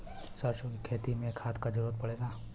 सरसो के खेती में का खाद क जरूरत पड़ेला?